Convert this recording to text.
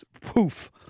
poof